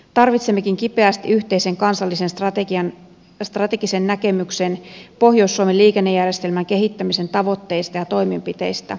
tarvitsemmekin kipeästi yhteisen kansallisen strategisen näkemyksen pohjois suomen liikennejärjestelmän kehittämisen tavoitteista ja toimenpiteistä